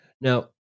Now